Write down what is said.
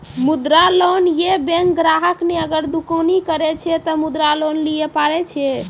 मुद्रा लोन ये बैंक ग्राहक ने अगर दुकानी करे छै ते मुद्रा लोन लिए पारे छेयै?